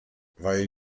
weil